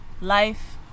life